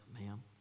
ma'am